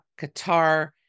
Qatar